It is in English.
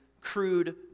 crude